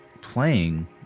playing